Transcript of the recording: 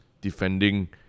defending